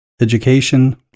Education